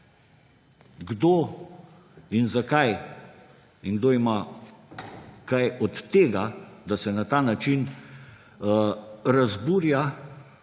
Kdo in zakaj in kdo ima kaj od tega, da se na ta način razburja